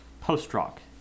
post-rock